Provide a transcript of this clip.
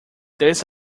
this